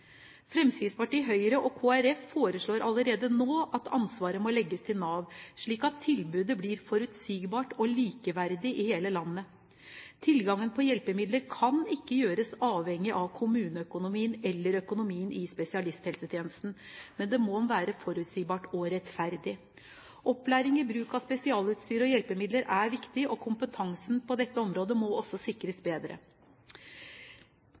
foreslår allerede nå at ansvaret må legges til Nav, slik at tilbudet blir forutsigbart og likeverdig i hele landet. Tilgangen på hjelpemidler kan ikke gjøres avhengig av kommuneøkonomien eller økonomien i spesialisthelsetjenesten, men må være forutsigbar og rettferdig. Opplæring i bruk av spesialutstyr og hjelpemidler er viktig, og kompetansen på dette området må også sikres